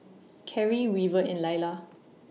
Keri Weaver and Lailah